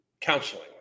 counseling